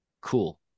cool